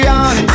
on